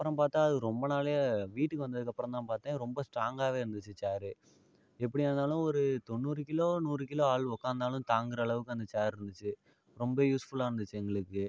அப்புறம் பார்த்தா அது ரொம்ப நாள் வீட்டுக்கு வந்ததுக்கப்புறம் தான் பார்த்தேன் ரொம்ப ஸ்டாங்காகவே இருந்துச்சு ச்சேரு எப்படியா இருந்தாலும் ஒரு தொண்ணூறு கிலோ நூறு கிலோ ஆள் உட்காந்தாலும் தாங்கிற அளவுக்கு அந்த ச்சேர் இருந்துச்சு ரொம்ப யூஸ்ஃபுல்லாக இருந்துச்சு எங்களுக்கு